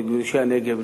בכבישי הנגב,